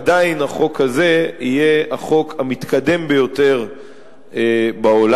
עדיין החוק הזה יהיה החוק המתקדם ביותר בעולם,